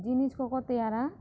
ᱡᱤᱱᱤᱥ ᱠᱚᱠᱚ ᱛᱮᱭᱟᱨᱟ